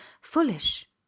foolish